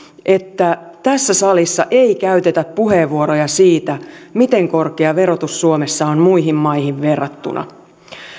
että tässä salissa ei käytetä puheenvuoroja siitä miten korkea verotus suomessa on muihin maihin verrattuna